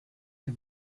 que